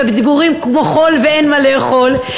בדיבורים כמו חול ואין מה לאכול,